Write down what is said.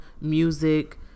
music